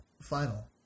final